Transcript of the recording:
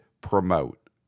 promote